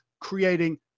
creating